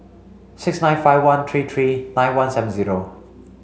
six nine five one three three nine one seven zero